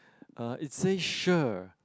uh it say cher